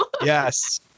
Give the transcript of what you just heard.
yes